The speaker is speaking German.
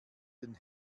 den